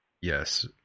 Yes